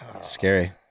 Scary